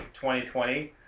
2020